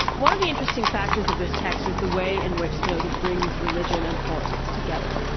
one of the interesting factors of this text is the way in which spinoza brings religion and politics together.